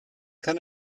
kann